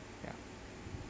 ya